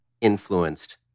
influenced